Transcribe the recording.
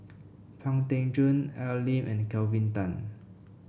Pang Teck Joon Al Lim and Kelvin Tan